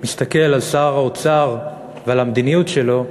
מסתכל על שר האוצר ועל המדיניות שלו,